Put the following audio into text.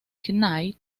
knight